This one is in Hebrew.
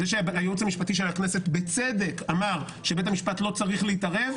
זה שהייעוץ המשפטי של הכנסת בצדק אמר שבית המשפט לא צריך להתערב,